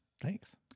Thanks